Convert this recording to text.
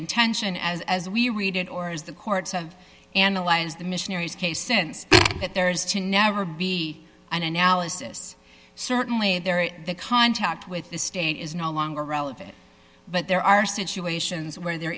intention as as we read it or as the courts have analyzed the missionaries case since that there is to never be an analysis certainly there contact with the state is no longer relevant but there are situations where there